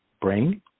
brain